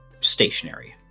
stationary